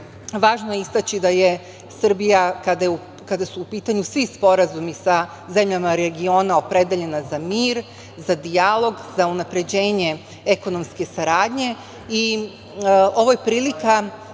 važno je istaći da je Srbija kada su u pitanju svi sporazumi sa zemljama regiona opredeljena za mir, za dijalog, za unapređenje ekonomske saradnje. Ovo je prilika